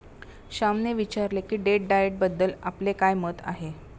श्यामने विचारले की डेट डाएटबद्दल आपले काय मत आहे?